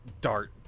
dart